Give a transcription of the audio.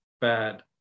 bad